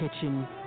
kitchen